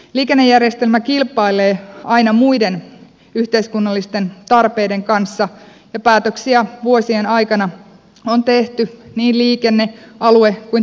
liikennejärjestelmä kilpailee aina muiden yhteiskunnallisten tarpeiden kanssa ja päätöksiä vuosien aikana on tehty niin liikenne alue kuin työllisyyspoliittisinkin perustein